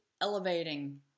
elevating